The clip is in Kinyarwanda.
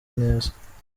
neza